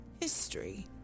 history